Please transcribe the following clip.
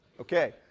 Okay